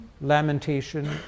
lamentation